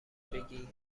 بگی